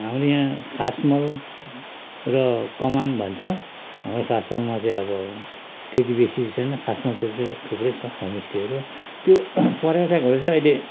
हाम्रो यहाँ खासमहल र कमान भन्छ हाम्रो खासमहलमा चाहिँ अब त्यति बेसी छैन खासमहलतिर चाहिँ थुप्रै छ होमस्टेहरू त्यो पर्याटकहरू चाहिँ अहिले